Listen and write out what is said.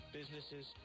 businesses